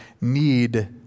need